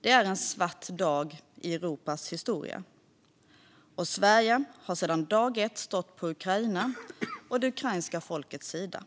Det är en svart dag i Europas historia. Sverige har sedan dag ett stått på Ukrainas och det ukrainska folkets sida.